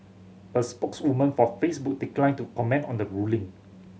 a spokeswoman for Facebook declined to comment on the ruling